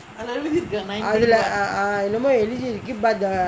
அதுலே என்னமோ எழுதிருக்கு:athulae ennamo ezhuthirukku but the